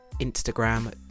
Instagram